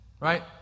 right